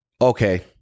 okay